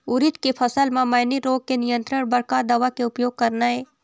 उरीद के फसल म मैनी रोग के नियंत्रण बर का दवा के उपयोग करना ये?